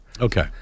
Okay